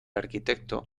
arquitecto